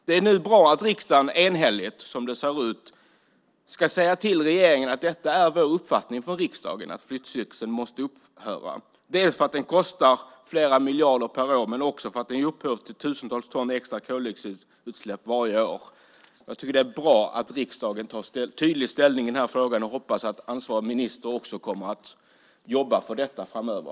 Det är nu bra att riksdagen - som det ser ut - kommer att säga till regeringen att det är riksdagens enhälliga uppfattning att flyttcirkusen måste upphöra, dels för att den kostar flera miljarder per år, dels för att den ger upphov till tusentals ton extra koldioxidutsläpp varje år. Det är bra att riksdagen tar tydlig ställning i frågan, och jag hoppas att ansvarig minister kommer att jobba för detta framöver.